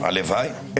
הלוואי.